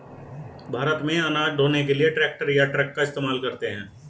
भारत में अनाज ढ़ोने के लिए ट्रैक्टर या ट्रक का इस्तेमाल करते हैं